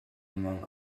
among